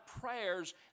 prayers